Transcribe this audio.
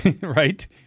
Right